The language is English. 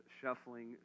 shuffling